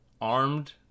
armed